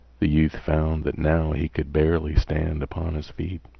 the youth found that now he could barely stand upon his feet.